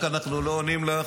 רק אנחנו לא עונים לך